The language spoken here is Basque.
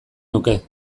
nuke